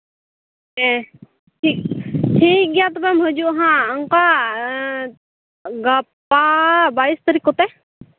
ᱦᱮᱸ ᱴᱷᱤᱠ ᱜᱮᱭᱟ ᱛᱚᱵᱮᱢ ᱦᱤᱡᱩᱜᱼᱟ ᱦᱟᱸᱜ ᱚᱱᱠᱟ ᱜᱟᱯᱟ ᱵᱟᱹᱭᱤᱥ ᱛᱟᱹᱨᱤᱠᱷ ᱠᱚᱛᱮ